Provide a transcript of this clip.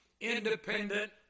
independent